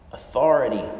Authority